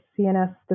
CNS